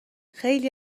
خیلی